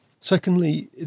Secondly